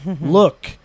look